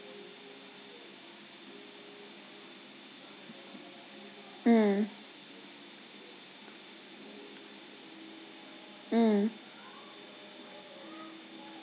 mm mm